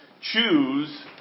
choose